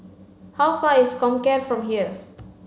how far is Comcare from here